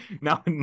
Now